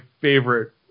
favorite